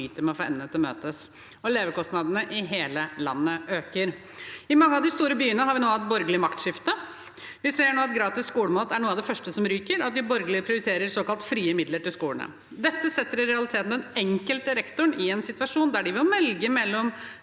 med å få endene til å møtes. Levekostnadene i hele landet øker. I mange av de store byene har vi nå hatt borgerlig maktskifte. Vi ser nå at gratis skolemat er noe av det første som ryker, og at de borgerlige prioriterer såkalt frie midler til skolene. Dette setter i realiteten den enkelte rektoren i en situasjon der man må velge mellom